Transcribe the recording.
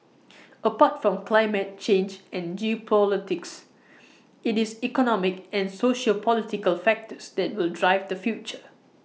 apart from climate change and geopolitics IT is economic and sociopolitical factors that will drive the future